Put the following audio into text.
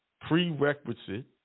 prerequisite